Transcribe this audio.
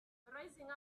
rising